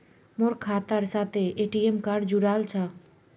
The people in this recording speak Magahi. मोर खातार साथे ए.टी.एम कार्ड जुड़ाल छह